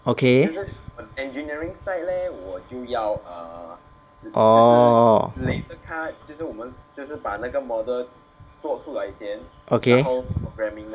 okay orh okay